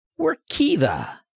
Workiva